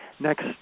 Next